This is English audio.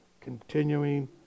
continuing